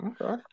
Okay